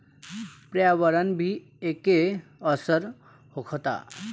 पर्यावरण पर भी एके असर होखता